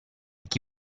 chi